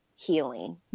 healing